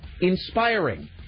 inspiring